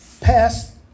passed